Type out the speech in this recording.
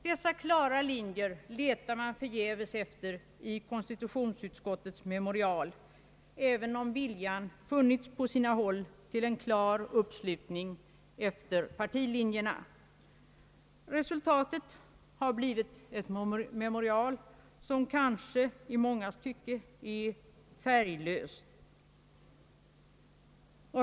Dessa klara linjer letar man förgäves efter i konstitutionsutskottets memorial, även om viljan funnits på sina håll till en klar uppslutning efter partilinjerna. Resultatet har blivit ett memorial, som kanske i mångas tycke är färglöst.